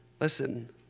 Listen